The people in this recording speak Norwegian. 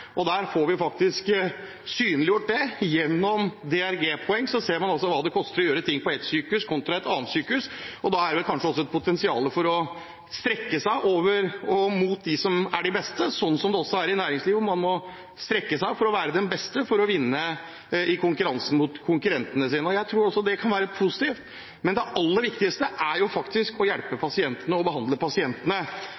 noe der, kontra å gjøre det et annet sted. Det får vi synliggjort gjennom DRG-poeng. Da ser man hva det koster å gjøre noe på ett sykehus, kontra på et annet sykehus. Da er det vel kanskje også et potensial for å strekke seg mot dem som er de beste, slik det er i næringslivet, hvor man må strekke seg for å være den beste og for å vinne i konkurranse med konkurrentene sine. Jeg tror det kan være positivt. Det aller viktigste er å hjelpe